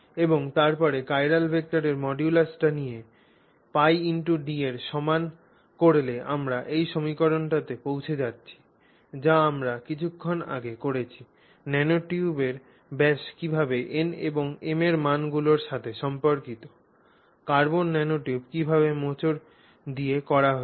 এবং তারপরে চিরাল ভেক্টরের মডুলাসটি নিয়ে πD র সমান করলে আমরা এই সমীকরণটিতে পৌঁছে যাচ্ছি যা আমরা কিছুক্ষণ আগে করেছি ন্যানোটিউবের ব্যাস কীভাবে n এবং m এর মানগুলির সাথে সম্পর্কিত কার্বন ন্যানোটিউব কিভাবে মোচড় দিয়ে করা হয়েছে